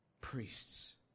priests